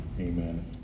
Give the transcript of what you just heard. Amen